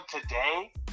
today